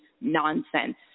nonsense